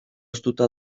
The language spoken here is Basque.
hoztuta